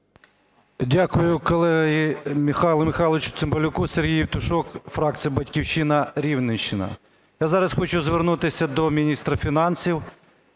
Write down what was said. Дякую колезі Михайлу Михайловичу Цимбалюку. Сергій Євтушок фракція "Батьківщина", Рівненщина. Я зараз хочу звернутися до міністра фінансів